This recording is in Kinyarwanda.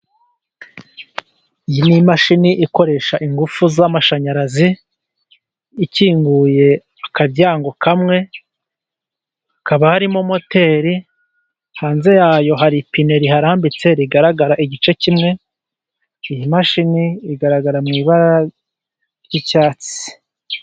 Iyi n'imashini ikoresha ingufu z'amashanyarazi, ikinguye akaryango kamwe, kabarimo moteri, hanze yayo hari ipine ri harambitse, rigaragara igice kimwe, iyi mashini igaragara mu ibara ry'icyatsi.